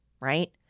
Right